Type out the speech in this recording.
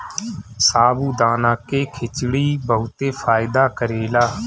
साबूदाना के खिचड़ी बहुते फायदा करेला